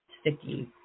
sticky